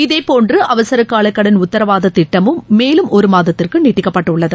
இதேபோன்று அவசர கால கடன் உத்தரவாத திட்டமும் மேலும் ஒரு மாதத்திற்கு நீட்டிக்கப்பட்டுள்ளது